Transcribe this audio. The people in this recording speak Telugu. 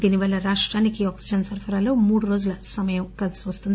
దీని వల్ల రాష్టానికి ఆక్పిజన్ సరఫరా లో మూడు రోజుల సమయం కలిసి వస్తుంది